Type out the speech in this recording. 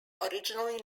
originally